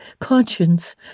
conscience